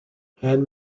hand